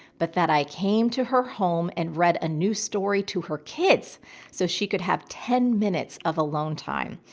but that i came to her home and read a new story to her kids so she could have ten minutes of alone time.